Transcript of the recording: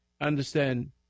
understand